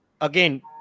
again